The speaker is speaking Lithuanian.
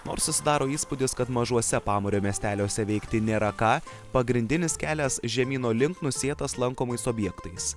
nors susidaro įspūdis kad mažuose pamario miesteliuose veikti nėra ką pagrindinis kelias žemyno link nusėtas lankomais objektais